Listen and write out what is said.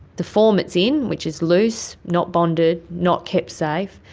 the form it's in, which is loose, not bonded, not kept safe,